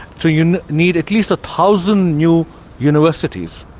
so you need at least a thousand new universities.